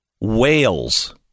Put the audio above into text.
whales